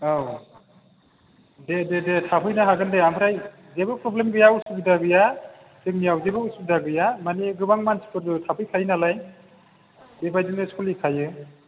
औ दे दे दे थाफैनो हागोन दे ओमफ्राय जेबो प्रब्लेम गैया उसुबिदा गैया जोंनिआव जेबो उसुबिदा माने गोबां मानसिफोरबो थाफैखायो नालाय बेबायदिनो सलिखायो